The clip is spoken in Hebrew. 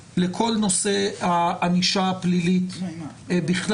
אדם שמחייבת לשים אותו בעצם מאחורי סורג